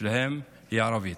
שלהם היא ערבית,